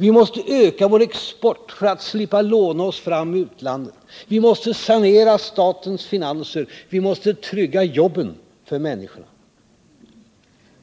Vi måste öka vår export för att slippa låna oss fram i utlandet. Vi måste sanera statens finanser. Vi måste trygga jobben för människorna.